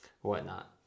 whatnot